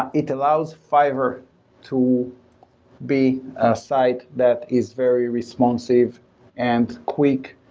ah it allows fiverr to be a site that is very responsive and quick,